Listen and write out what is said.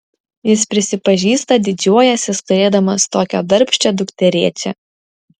jis prisipažįsta didžiuojąsis turėdamas tokią darbščią dukterėčią